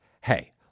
hey